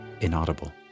inaudible